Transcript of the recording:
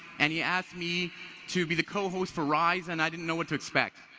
and he asked me to be the co-host for rise, and i didn't know what to expect.